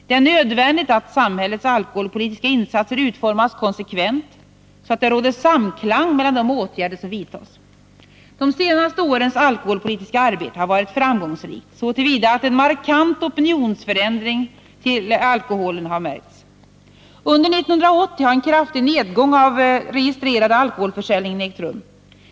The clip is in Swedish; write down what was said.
Det är nödvändigt att samhällets alkoholpolitiska insatser utformas konsekvent, så att det råder samklang mellan de åtgärder som vidtas. De senaste årens alkoholpolitiska arbete har varit framgångsrikt så till vida att en markant opinionsändring när det gäller alkoholen kan märkas. Under 1980 har en kraftig nedgång av den registrerade alkoholförsäljningen ägt rum.